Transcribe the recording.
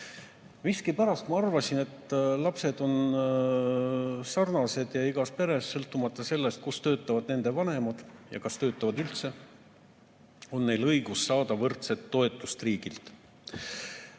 Miskipärast ma arvasin, et lapsed on sarnased igas peres ja sõltumata sellest, kus töötavad nende vanemad ja kas nad üldse töötavad, on neil õigus saada võrdset toetust riigilt.